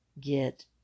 get